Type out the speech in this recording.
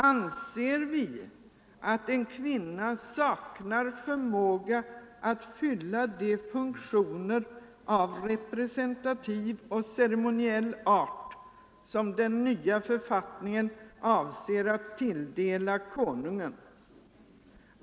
Anser vi att en kvinna saknar förmåga att fylla de funktioner av representativ och ceremoniell art som den nya författningen avser att tilldela konungen?